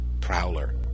prowler